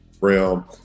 realm